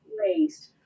raised